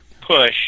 push